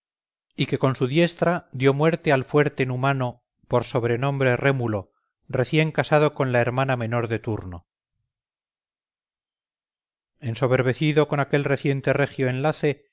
y que con su diestra dio muerte al fuerte numano por sobrenombre rémulo recién casado con la hermana menor de turno ensoberbecido con aquel reciente regio enlace